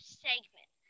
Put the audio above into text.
segment